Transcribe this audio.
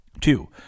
Two